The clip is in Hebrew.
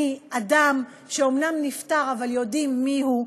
מאדם שאומנם נפטר אבל יודעים מיהו,